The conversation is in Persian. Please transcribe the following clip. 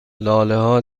لالهها